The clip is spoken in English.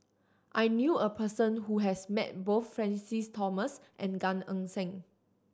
i knew a person who has met both Francis Thomas and Gan Eng Seng